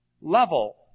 level